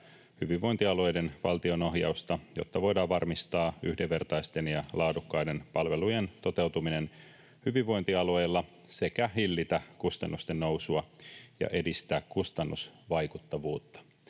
hyvinvointialueiden valtionohjausta, jotta voidaan varmistaa yhdenvertaisten ja laadukkaiden palvelujen toteutuminen hyvinvointialueilla sekä hillitä kustannusten nousua ja edistää kustannusvaikuttavuutta.